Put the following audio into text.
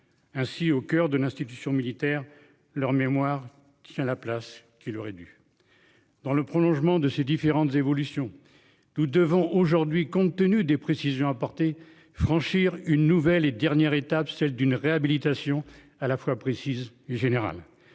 Ainsi au coeur de l'institution militaire leur mémoire tient la place qui leur est dû. Dans le prolongement de ces différentes évolutions. Nous devons aujourd'hui compte tenu des précisions apportées franchir une nouvelle et dernière étape, celle d'une réhabilitation, à la fois précise et général